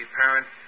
parent